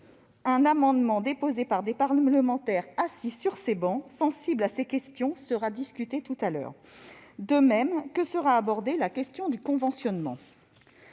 Un amendement déposé par des parlementaires présents sur ces travées, et sensibles à ces questions, sera discuté ultérieurement, de même que sera abordée la question du conventionnement.